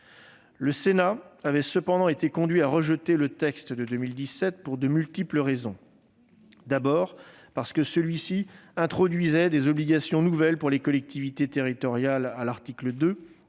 Le Sénat avait cependant été conduit à rejeter le texte de 2017 pour de multiples raisons. D'abord, parce que celui-ci introduisait des obligations nouvelles pour les collectivités territoriales à l'article 2,